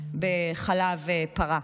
בחלב פרה.